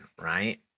right